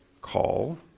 call